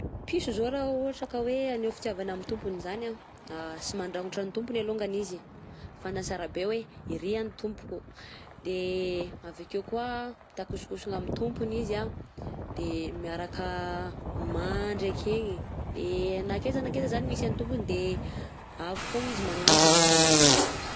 Piso zao raha ohatra ka hoe aneho fitiavana amin'ny tompony zany a, sy mandrangotra ny tompony alongany izy fantany sara be hoe irÿ a ny tompoko, de avy akeo koà mitakosikosigna amin'ny tompony izy, de miaraka mandry akegny, de na akeza na akeza zany misy an'ny tompony de avy fogna izy magnantogna.